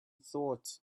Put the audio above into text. thought